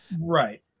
Right